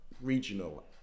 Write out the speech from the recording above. regional